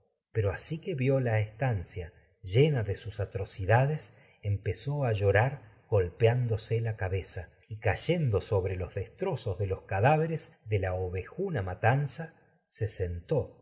pero que estancia llena de atrocidades empezó a llorar golpeándose la los cabeza y cayendo sobre de la destrozos de los cadáveres ovejuna matanza se sentó